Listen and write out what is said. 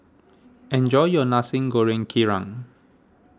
enjoy your Nasi Goreng Kerang